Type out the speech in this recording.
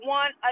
one